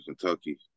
Kentucky